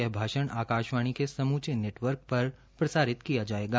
यह भाषण आकाशवाणी के समूचे नेटवर्क पर प्रसारित किया जायेगा